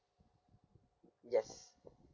yes